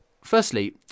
Firstly